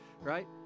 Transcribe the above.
right